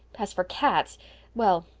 as for cats well,